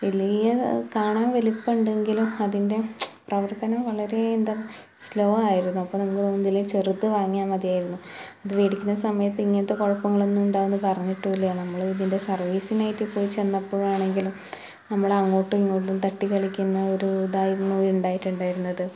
വലിയ കാണാൻ വലിപ്പമുണ്ടെങ്കിലും അതിൻ്റെ പ്രവർത്തനം വളരെ എന്താ സ്ലോ ആയിരുന്നു അപ്പോൾ നമുക്ക് തോന്നും ഇതിലും ചെറുത് വാങ്ങിയാൽ മതിയായിരുന്നു ഇത് മേടിക്കുന്ന സമയത്ത് ഇങ്ങനത്തെ കുഴപ്പങ്ങളൊന്നും ഉണ്ടാവും എന്ന് പറഞ്ഞിട്ടും ഇല്ല നമ്മള് ഇതിൻ്റെ സർവീസിനായിട്ട് പോയി ചെന്നപ്പോഴാണെങ്കിലും നമ്മളെ അങ്ങോട്ടുമിങ്ങോട്ടും തട്ടി കളിക്കുന്ന ഒരു ഇതായിരുന്നു ഉണ്ടായിട്ടുണ്ടായിരുന്നത്